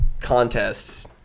contests